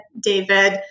David